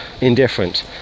indifferent